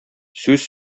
сүз